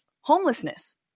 homelessness